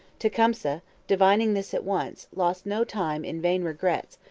tecumseh, divining this at once, lost no time in vain regrets,